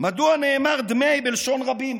מדוע נאמר "דמי" בלשון רבים